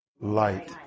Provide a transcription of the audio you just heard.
light